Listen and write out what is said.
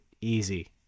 easy